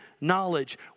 knowledge